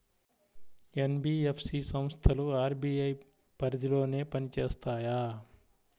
NBFC సంస్థలు RBI పరిధిలోనే పని చేస్తాయా?